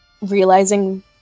realizing